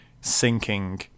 sinking